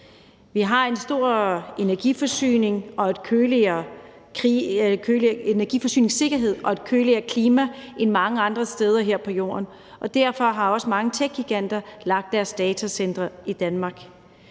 Vi har en stor energiforsyningssikkerhed og et køligere klima end andre steder her på jorden, og derfor har mange techgiganter også lagt deres datacentre i Danmark,